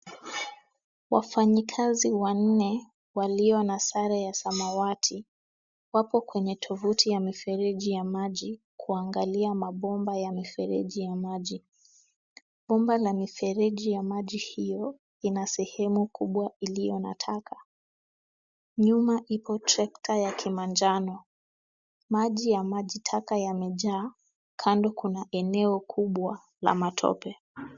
Wafanyikazi wanne walio na sare ya samwati wapo kwenye tovuti ya mifereji ya maji, kuangalia mabomba ya mifereji ya maji. Bomba la mifereji ya maji hio ina sehemu kubwa iliyo na taka. Nyuma iko trekta ya kimanjano. Maji ya maji taka yamejaa. Kando kuna eneo kubwa la matope.